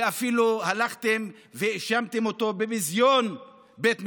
ואפילו הלכתם והאשמתם אותו בביזיון בית המשפט,